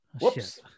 Whoops